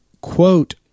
quote